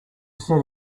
said